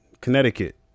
Connecticut